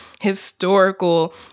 historical